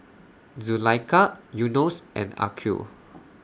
Zulaikha Yunos and Aqil